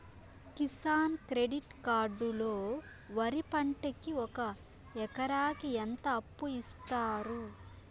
Kisan credit card లో వరి పంటకి ఒక ఎకరాకి ఎంత అప్పు ఇస్తారు?